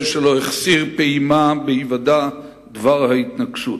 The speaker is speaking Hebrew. שלא החסיר פעימה בהיוודע דבר ההתנקשות.